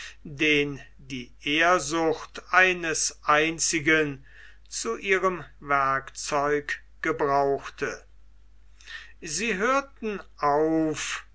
den die ehrsucht eines einzigen zu ihrem werkzeug gebrauchte sie hörten auf